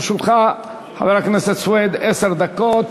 חבר הכנסת סוייד, לרשותך עשר דקות.